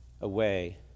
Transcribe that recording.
away